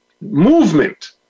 movement